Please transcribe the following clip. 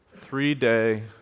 three-day